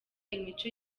imico